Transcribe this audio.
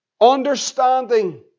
understanding